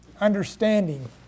understanding